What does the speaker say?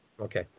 Okay